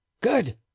good